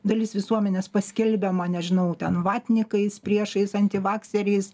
dalis visuomenės paskelbiama nežinau ten vatnykais priešais antivaksteriais